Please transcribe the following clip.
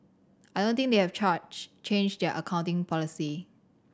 I don't think they have charge changed their accounting policy